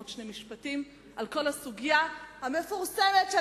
עוד שני משפטים על כל הסוגיה המפורסמת של